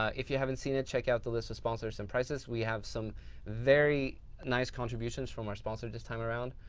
if you haven't seen it, check out the list of sponsors and prizes. we have some very nice contributions from our sponsors this time around.